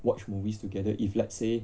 watch movies together if let's say